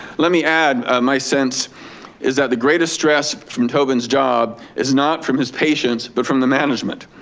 let me add my sense is that the greatest stress from tobin's job is not from his patients, but from the management.